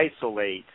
isolate